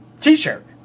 t-shirt